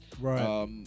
Right